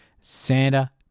Santa